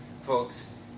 folks